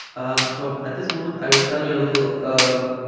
um so at this moment i will tell you a little um